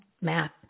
math